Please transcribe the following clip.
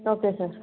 okay sir